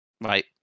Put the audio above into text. right